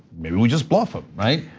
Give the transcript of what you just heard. maybe we just bluff up right?